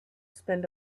spend